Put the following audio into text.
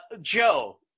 Joe